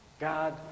God